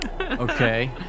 Okay